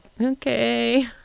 okay